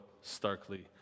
starkly